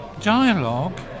Dialogue